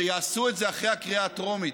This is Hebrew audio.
שיעשו את זה אחרי הקריאה הטרומית.